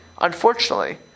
Unfortunately